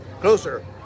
Closer